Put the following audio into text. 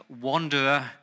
Wanderer